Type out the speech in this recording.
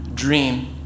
dream